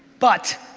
but